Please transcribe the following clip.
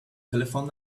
telephone